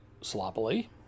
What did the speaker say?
sloppily